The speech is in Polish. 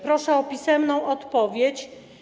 Proszę o pisemną odpowiedź.